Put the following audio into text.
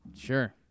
Sure